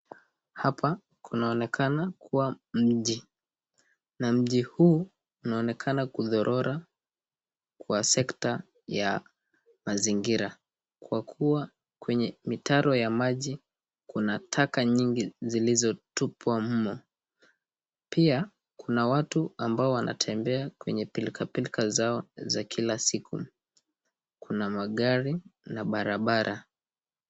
Hapa kunaonekana kuwa mji na mji huu unaonekana kudhorora kwa sekta ya mazingira kwa kuwa kwenye mitaro ya maji kuna taka nyingi zilizotupwa humo. Pia kuna watu ambao wanatembea kwenye pilkapilka zao za kila siku. Kuna magari na barabara.